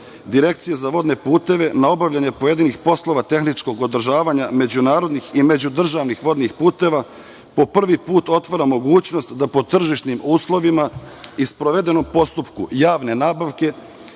Direkcije za vodne puteve na obavljanje pojedinih poslova tehničkog održavanja međunarodnih i međudržavnih vodnih puteva po prvi put otvara mogućnost da po tržišnim uslovima i sprovedenom postupku javne nabavke